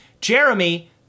Jeremy